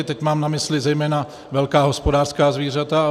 Teď mám na mysli zejména velká hospodářská zvířata